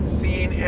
seen